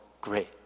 great